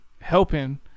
helping